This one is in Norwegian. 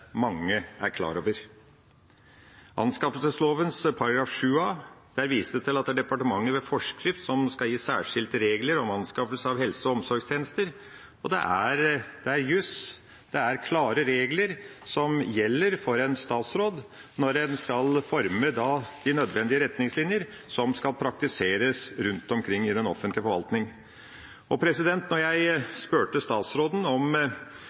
mange er klar over. I anskaffelsesloven § 7a vises det til at det er departementet som ved forskrift skal gi «særskilte regler om anskaffelser av helse- og sosialtjenester». Det er jus. Det er klare regler som gjelder for en statsråd når en skal forme de nødvendige retningslinjer som skal praktiseres rundt omkring i den offentlige forvaltning. Da jeg spurte statsråden om